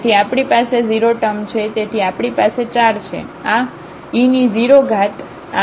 તેથી આપણી પાસે 0 ટર્મ છે તેથી આપણી પાસે 4 છે આ e0 આ 1 થાય છે